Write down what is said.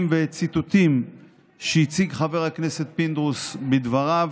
וציטוטים שהציג חבר הכנסת פינדרוס בדבריו,